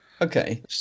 Okay